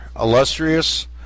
illustrious